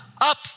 up